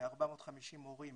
450 מורים